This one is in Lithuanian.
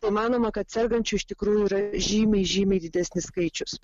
tai manoma kad sergančių iš tikrųjų yra žymiai žymiai didesnis skaičius